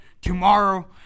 Tomorrow